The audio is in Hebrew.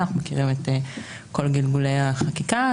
אנחנו מכירים את כל גלגולי החקיקה.